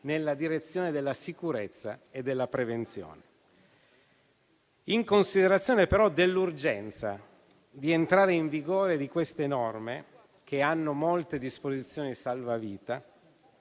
nella direzione della sicurezza e della prevenzione. In considerazione però dell'urgenza dell'entrata in vigore di queste norme, che prevedono molte disposizioni salvavita,